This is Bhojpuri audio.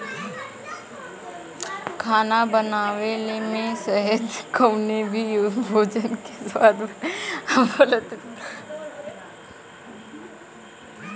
खाना बनवले में शहद कउनो भी भोजन के स्वाद बढ़ावे क काम करला